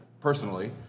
personally